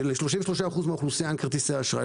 של-33% מן האוכלוסייה אין כרטיסי אשראי.